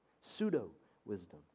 pseudo-wisdom